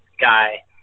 guy